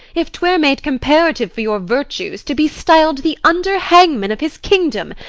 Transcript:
if twere made comparative for your virtues to be styl'd the under-hangman of his kingdom,